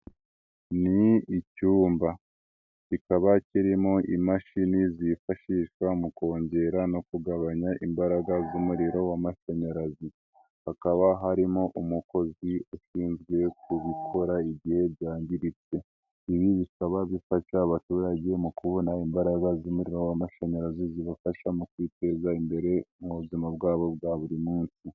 Ni icyumba, kikaba kirimo imashini zifashishwa mu kongera no kugabanya imbaraga z'umuriro w'amashanyarazi. Hakaba harimo umukozi ushinzwe kubikora igihe byangiritse. Ibi bisaba gufasha abaturage mu kubona imbaraga z'umuriro w'amashanyarazi, zibafasha mu kwiteza imbere mu buzima bwabo bwa buri munsi.